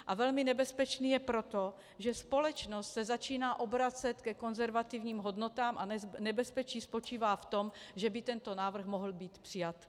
A velmi nebezpečný je proto, že společnost se začíná obracet ke konzervativním hodnotám, a nebezpečí spočívá v tom, že by tento návrh mohl být přijat.